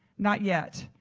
not yet.